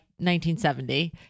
1970